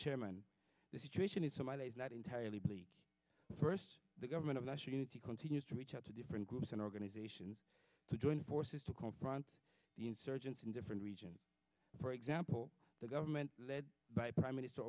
chairman the situation is so my ways not entirely bleak first the government of national unity continues to reach out to different groups and organizations to join forces to confront the insurgents in different regions for example the government led by prime minister